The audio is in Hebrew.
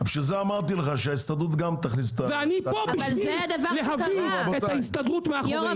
אני פה בשביל להביא את ההסתדרות מאחורינו.